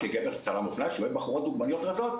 כגבר כצלם אופנה שרואה בחורות דוגמניות רזות,